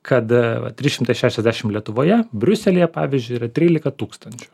kad va trys šimtai šešiasdešim lietuvoje briuselyje pavyzdžiui yra trylika tūkstančių